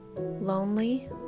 lonely